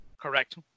Correct